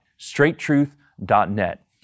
straighttruth.net